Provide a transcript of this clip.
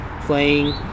playing